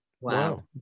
Wow